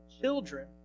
children